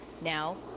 Now